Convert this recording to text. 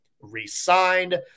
re-signed